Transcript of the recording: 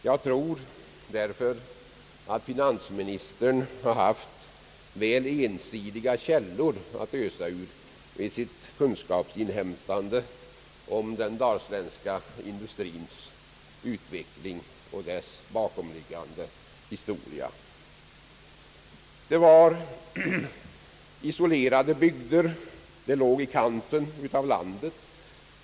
Jag tror därför att finansministern har haft väl ensidiga källor att ösa ur vid sitt kunskapsinhämtande om den dalsländska industrins utveckling och dess bakomliggande historia. Det var isolerade bygder. Det låg i kanten av landet.